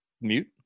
Mute